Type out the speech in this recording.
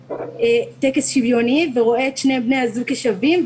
טקס שוויוני ורואה את שני בני הזוג כשווים,